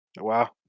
Wow